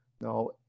No